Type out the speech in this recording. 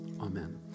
Amen